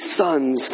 sons